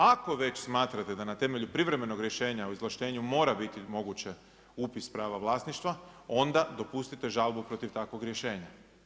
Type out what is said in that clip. Ako već smatrate da na temelju privremenog rješenja o izvlaštenju mora biti moguće upis prava vlasništva, onda dopustite žalbu protiv takvog rješenja.